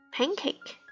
Pancake